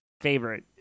Favorite